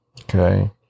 Okay